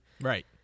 right